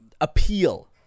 appeal